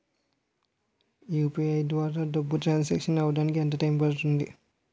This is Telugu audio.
యు.పి.ఐ ద్వారా డబ్బు ట్రాన్సఫర్ అవ్వడానికి ఎంత టైం పడుతుంది?